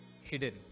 hidden